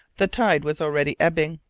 the tide was already ebbing,